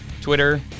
Twitter